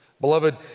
Beloved